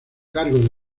cargo